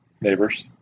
Neighbors